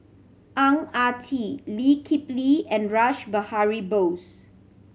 Ang Ah Tee Lee Kip Lee and Rash Behari Bose